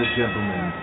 gentlemen